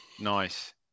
Nice